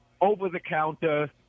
over-the-counter